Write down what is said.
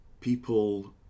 people